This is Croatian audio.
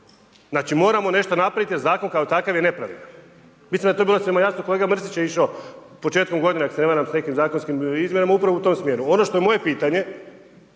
Znači moramo nešto napravit je zakon kao takav je nepravedan. Mislim da je to bilo samo jasno, kolega Mrsić je išao početkom godine ako se ne varam s nekim zakonskim izmjenama upravo u to smjeru. Ono što je moje pitanje,